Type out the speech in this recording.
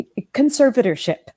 conservatorship